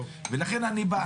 ולכן אני בא.